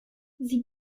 sie